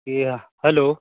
कि हेलो